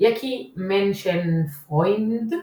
יקי מנשנפרוינד,